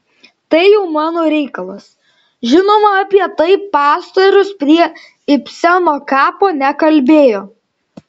tai jau mano reikalas žinoma apie tai pastorius prie ibseno kapo nekalbėjo